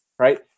right